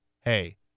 hey